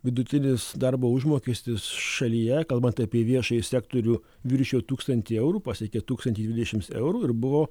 vidutinis darbo užmokestis šalyje kalbant apie viešąjį sektorių viršijo tūkstantį eurų pasiekė tūkstantį dvidešimts eurų ir buvo